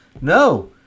no